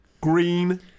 green